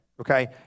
okay